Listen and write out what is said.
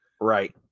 right